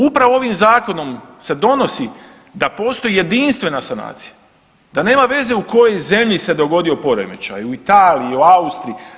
Upravo ovim zakonom se donosi da postoji jedinstvena sanacija, da nema veze u kojoj zemlji se dogodio poremećaj u Italiji, Austriji.